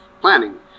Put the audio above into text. planning